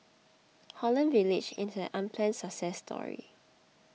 Holland Village is an unplanned success story